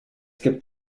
gibt